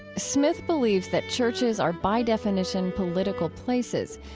smith believes that churches are, by definition, political places,